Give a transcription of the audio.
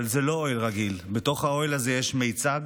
אבל זה לא אוהל רגיל: בתוך האוהל הזה יש מייצג